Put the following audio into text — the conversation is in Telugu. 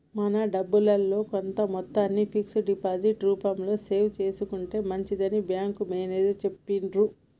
మన డబ్బుల్లో కొంత మొత్తాన్ని ఫిక్స్డ్ డిపాజిట్ రూపంలో సేవ్ చేసుకుంటే మంచిదని బ్యాంకు మేనేజరు చెప్పిర్రు